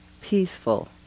peaceful